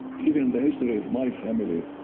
even the history of my family,